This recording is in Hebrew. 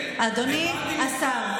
אדוני השר,